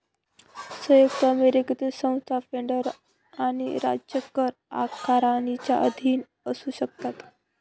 संयुक्त अमेरिकेतील संस्था फेडरल आणि राज्य कर आकारणीच्या अधीन असू शकतात